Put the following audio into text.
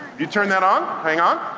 you turn that on. hang on.